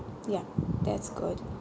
ya that's good